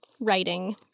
writing